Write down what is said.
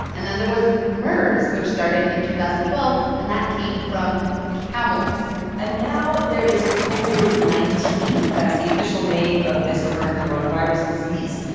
and then there was mers, which started in two thousand and twelve, and that came from camels and now there is covid nineteen. that's the official name of this current coronavirus disease.